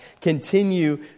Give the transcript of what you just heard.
continue